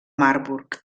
marburg